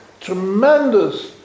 tremendous